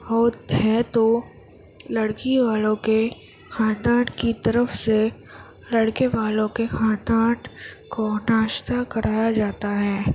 ہوتی ہے تو لڑکی والوں کے خاندان کی طرف سے لڑکے والوں کے خاندان کو ناشتہ کرایا جاتا ہے